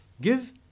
Give